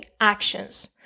actions